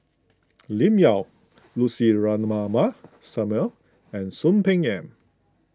Lim Yau Lucy Ratnammah Samuel and Soon Peng Yam